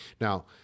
Now